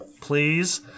please